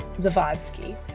Zavodsky